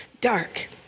dark